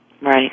Right